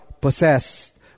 possessed